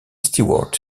stewart